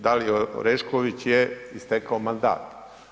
Daliji Orešković je istekao mandat.